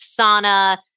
sauna